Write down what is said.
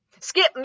skip